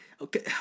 okay